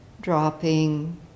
dropping